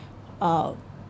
uh